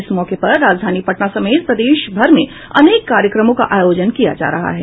इस मौके पर राजधानी पटना समेत प्रदेशभर में अनेक कायक्रमों का आयोजन किया जा रहा है